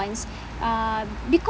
uh because